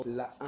la